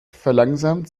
verlangsamt